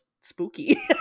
spooky